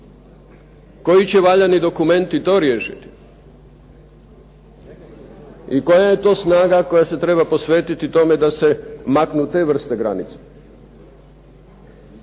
Koji će valjani dokumenti to riješiti? I koja je to snaga koja se treba posvetiti tome da se maknu te vrste granice?